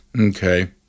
Okay